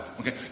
Okay